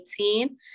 2018